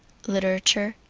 literature.